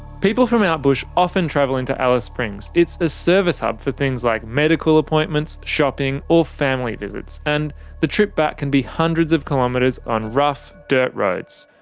people from out bush often travel into alice springs. it's a service hub for things like medical appointments, shopping, or family visits and the trip back can be hundreds of kilometres on rough, dirt roads.